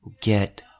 get